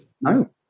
No